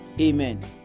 Amen